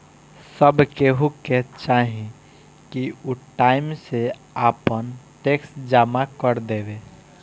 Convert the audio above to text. सब केहू के चाही की उ टाइम से आपन टेक्स जमा कर देवे